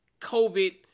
COVID